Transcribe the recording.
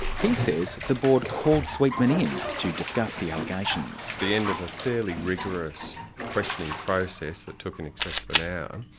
he says the board called sweetman in to discuss the allegations. at the end of a fairly rigorous questioning process that took in excess of an hour,